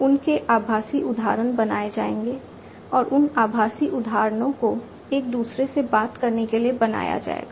उनके आभासी उदाहरण बनाए जाएंगे और उन आभासी उदाहरणों को एक दूसरे से बात करने के लिए बनाया जाएगा